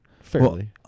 Fairly